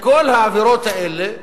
לכל העבירות האלה